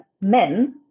men